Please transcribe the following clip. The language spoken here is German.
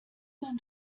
man